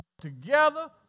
together